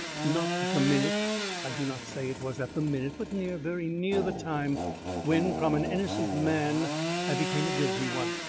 not at the minute i do not say it was at the minute but near, very near the time when from an innocent man i became a guilty one.